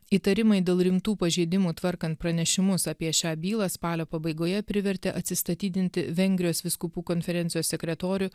įtarimai dėl rimtų pažeidimų tvarkant pranešimus apie šią bylą spalio pabaigoje privertė atsistatydinti vengrijos vyskupų konferencijos sekretorių